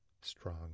strong